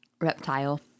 reptile